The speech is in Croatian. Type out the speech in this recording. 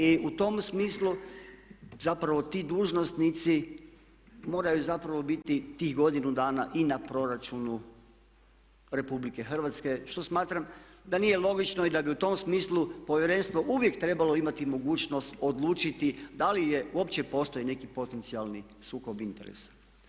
I u tom smislu zapravo ti dužnosnici moraju zapravo biti tih godinu dana i na Proračunu Republike Hrvatske što smatram da nije logično i da bi u tom smislu povjerenstvo uvijek trebalo imati mogućnost odlučiti da li uopće postoji neki potencijalni sukob interesa.